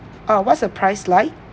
uh what's the price like